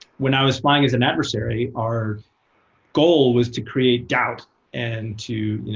when i was flying as an adversary, our goal was to create doubt and to